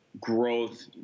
growth